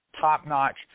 top-notch